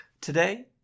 Today